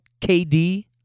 KD